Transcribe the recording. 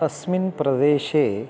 अस्मिन् प्रदेशे